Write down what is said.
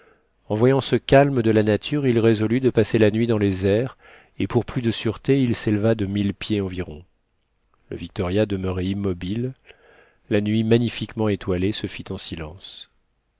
en voyant ce calme de la nature il résolut de passer la nuit dans les airs et pour plus de sûreté il s'éleva de mille pieds environ le victoria demeurait immobile la nuit magnifiquement étoilée se fit en silence